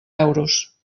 euros